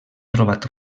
trobat